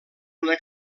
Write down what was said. una